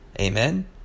amen